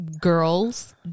girls